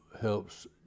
helps